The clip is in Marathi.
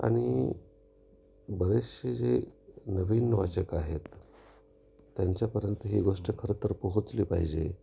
आणि बरेचसे जे नवीन वाचक आहेत त्यांच्यापर्यंत ही गोष्ट खरंतर पोहचली पाहिजे